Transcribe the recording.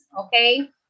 Okay